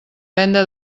venda